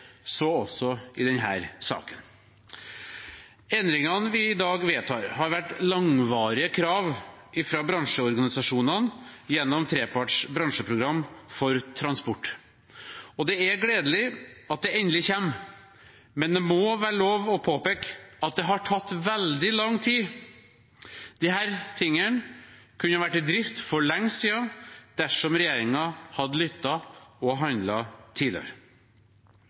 så også i denne saken. Endringene vi i dag vedtar, har vært langvarige krav fra bransjeorganisasjonene gjennom treparts bransjeprogram for transport. Det er gledelig at det endelig kommer, men det må være lov å påpeke at det har tatt veldig lang tid. Disse tingene kunne vært i drift for lenge siden dersom regjeringen hadde lyttet og handlet tidligere.